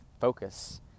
focus